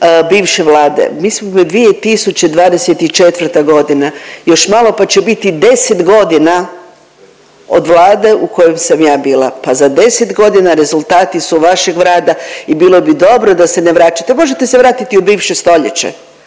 bivše vlade. Mi smo 2024. godina još malo pa će biti 10 godina od Vlade u kojoj sam ja bila pa za 10 godina rezultati su vašeg rada i bilo bi dobro da se ne vraćate. Možete se vratiti u bivše stoljeće